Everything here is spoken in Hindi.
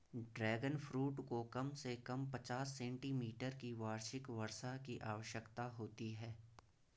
ड्रैगन फ्रूट को कम से कम पचास सेंटीमीटर की वार्षिक वर्षा की आवश्यकता होती है